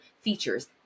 features